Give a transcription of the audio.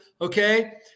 okay